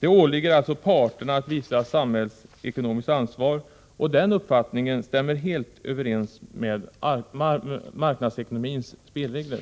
Det åligger parterna att visa samhällsekonomiskt ansvar, och den uppfattningen stämmer helt överens med marknadsekonomins spelregler.